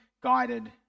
guided